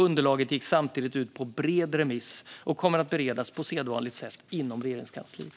Underlaget gick samtidigt ut på bred remiss och kommer att beredas på sedvanligt sätt inom Regeringskansliet.